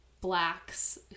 Blacks